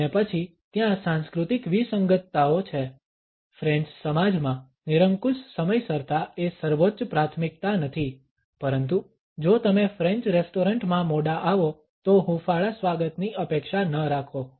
અને પછી ત્યાં સાંસ્કૃતિક વિસંગતતાઓ છે ફ્રેન્ચ સમાજમાં નિરંકુશ સમયસરતા એ સર્વોચ્ચ પ્રાથમિકતા નથી પરંતુ જો તમે ફ્રેન્ચ રેસ્ટોરન્ટ માં મોડા આવો તો હુંફાળા સ્વાગતની અપેક્ષા ન રાખો